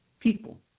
people